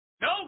No